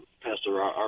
Pastor